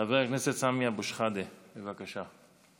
חבר הכנסת סמי אבו שחאדה, בבקשה.